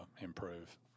improve